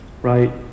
Right